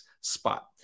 spot